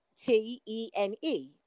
T-E-N-E